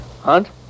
hunt